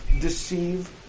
deceive